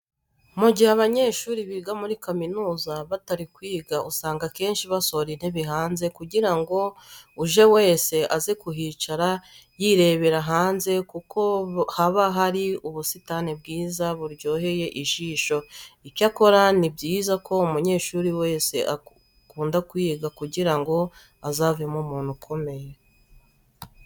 Mu gihe abanyeshuri biga muri kaminuza batari kwiga usanga akenshi basohora intebe hanze kugira ngo uje wese aze kuhicara yirebera hanze kuko haba hari ubusitani bwiza buryoheye ijisho. Icyakora ni byiza ko umunyeshuri wese akunda kwiga kugira ngo azavemo umuntu ukomeye.